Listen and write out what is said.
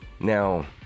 Now